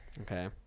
Okay